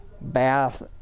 bath